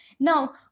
Now